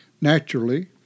Naturally